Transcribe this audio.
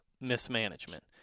mismanagement